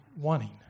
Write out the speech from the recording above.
wanting